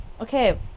Okay